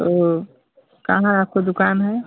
तो कहाँ आपका दुकान हे